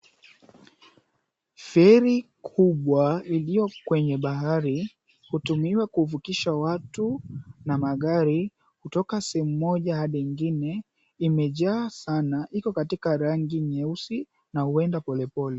Feri kubwa iliyo kwenye bahari, hutumiwa kuvukisha watu na magari, kutoka sehemu moja hadi ingine. Imejaa sana, iko katika rangi nyeusi na huenda polepole.